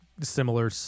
similar